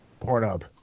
Pornhub